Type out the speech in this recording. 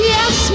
Yes